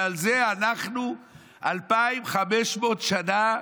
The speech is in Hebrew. ועל זה אנחנו אלפיים וחמש מאות שנה,